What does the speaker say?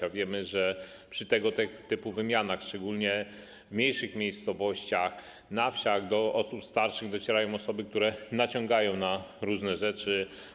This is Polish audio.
A wiemy, że przy tego typu wymianach, szczególnie w mniejszych miejscowościach, na wsiach, do osób starszych docierają osoby, które naciągają na różne rzeczy.